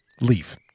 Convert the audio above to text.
Leave